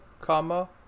comma